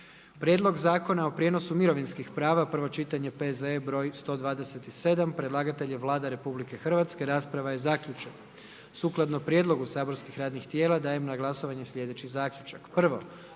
prijedlog Zakona o sigurnosnoj zaštiti pomorskih brodova i luka, prvo čitanje P.Z.E. br. 143. Predlagatelj je Vlada Republike Hrvatske. Rasprava je zaključena. Sukladno prijedlogu saborskih radnih tijela, dajem na glasovanje sljedeći zaključak: